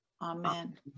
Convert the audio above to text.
Amen